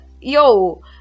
yo